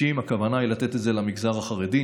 הכוונה היא לתת את זה למגזר החרדי.